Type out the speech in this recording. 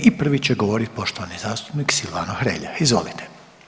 I prvi će govoriti poštovani zastupnik Silvano Hrelja, izvolite.